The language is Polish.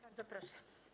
Bardzo proszę.